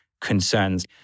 concerns